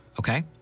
Okay